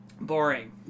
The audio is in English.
Boring